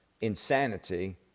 insanity